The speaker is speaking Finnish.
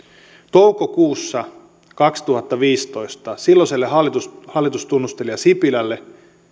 toukokuussa kaksituhattaviisitoista silloiselle hallitustunnustelija sipilälle